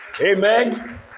Amen